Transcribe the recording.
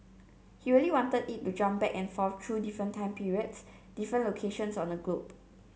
he really wanted it to jump back and forth through different time periods different locations on the globe